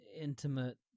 Intimate